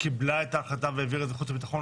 קיבלה את ההחלטה להעביר את זה לוועדת חוץ וביטחון,